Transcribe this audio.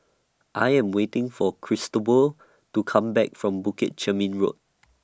I Am waiting For Cristobal to Come Back from Bukit Chermin Road